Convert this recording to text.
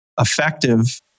effective